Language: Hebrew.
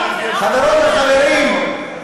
חברות וחברים,